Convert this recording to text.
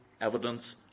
evidence